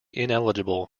ineligible